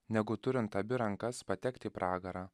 negu turint abi rankas patekti į pragarą